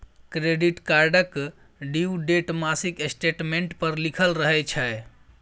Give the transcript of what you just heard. credit कार्डक due date मासिक statement पर लिखल रहय छै